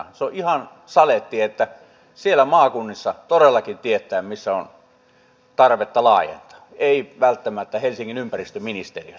se on ihan saletti että siellä maakunnissa todellakin tiedetään missä on tarvetta laajentaa ei välttämättä helsingin ympäristöministeriössä